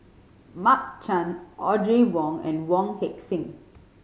Mark Chan Audrey Wong and Wong Heck Sing